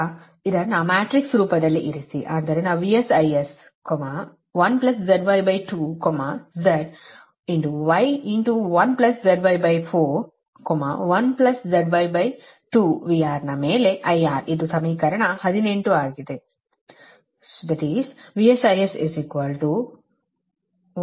ಈಗ ಇದನ್ನು ಮ್ಯಾಟ್ರಿಕ್ಸ್ ರೂಪದಲ್ಲಿ ಇರಿಸಿ ಆದ್ದರಿಂದ VS IS 1ZY2 Z Y 1ZY4 1ZY2 VR ಮೇಲೆ IR ಇದು ಸಮೀಕರಣ 18 ಆಗಿದೆ